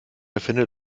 erfinde